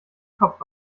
kopf